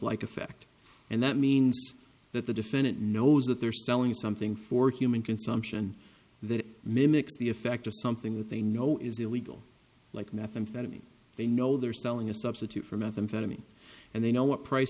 like effect and that means that the defendant knows that they're selling something for human consumption that mimics the effect of something that they know is illegal like methamphetamine they know they're selling a substitute for methamphetamine and they know what price